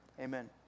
amen